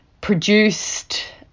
produced